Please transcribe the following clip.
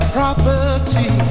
property